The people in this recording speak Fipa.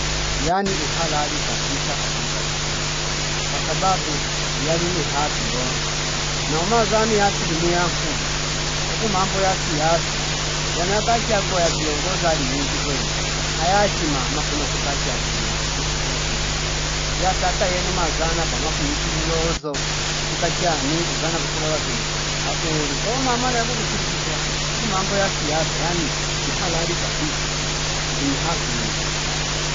Yani ihalali kabisa- kabisa- kabisa kwasababu yalini haki yonsi nouma zani yasili mia nkulu uku mambo ya siasa yano yakachagua yaviongoza yali inji kwene ayachi mama kuno tukachaguliwa kufuma kuliyachi mama yatata yenu mazana papwa kuwichi lulozo achita chani uzana kukulola vino auli kwao mama yaku kushirikishwa mambo ya siasa yani ihalali kabisa aline haki